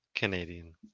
Canadian